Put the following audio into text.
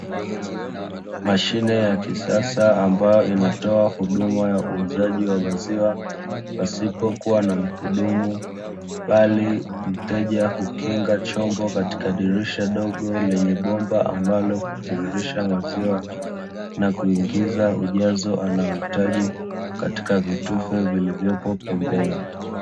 Mashine ya kisasa ambayo inatoa huduma ya uuzaji wa maziwa pasipokuwa na mhudumu, bali mteja hukinga chombo katika dirisha dogo lenye bomba ambalo hutiririsha maziwa na kuingiza ujazo anaohitaji katika vitufe vilivyopo pembeni.